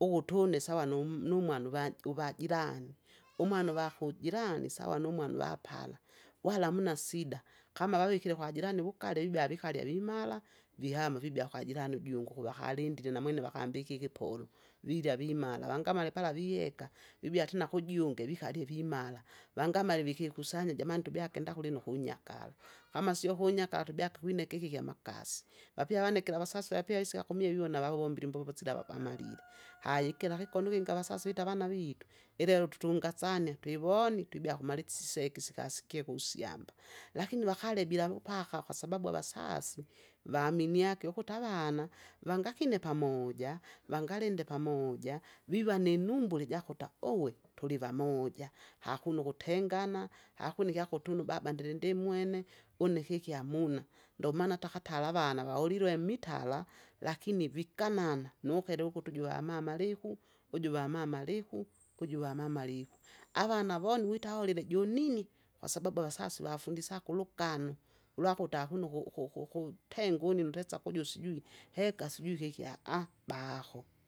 ukutu une sawa nim- numwana uvaj- uvajirani, umwana uvakujirani sawa numwana uvapala, wala hamuna sida, kama vavikire kwajirani uwukale vibea aikalya vimara, vihama vibea kwajirani ujungi ukuvakalindie namwene vakimbikie ikipolo, virya vimala vangamale pala viheka vibya tena kujunge vikalye vimala, vangamale vikikusanya jamani tubyake kenda kulino kunyakala, kama sio kinyakara tubyake kwineke iki kyamakasi. wapya wanikira vasasi wapia visika kumie vivona vavombile imbombo sila vavamalile. haya ikila kikoni vinge avasasi vita avana vitwe, ilelo tutungasanie, twivoni twibea kumalisi siseke sikasekie kusyamba. Lakini vakale bila vupaka kwasababu avasasi, vaminiage ukuti avana, vangakine pamoja, nangalinde pamoja, viva ninumbula ijakuta uwe, tulivamoja, hakuna ukutengana, hakuna ikyakutu une ubaba ndiri ndimwene, une keki hamuna, ndomaana hata katara avana vaholilwe mmtala, lakini viganan, nukele ukutu uju vamama aliku? uju vamama aliku? uju vmama aliku? Avana voni wita aulile junini, kwasababu avasasi vafundisaka uligano, ulwakuta akuna uku- uku- uku- ukutenga unnino utesaka uju sijuii, heka sijui keki baho.